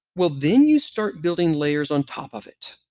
well, then you start building layers on top of it.